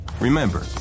Remember